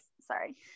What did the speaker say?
Sorry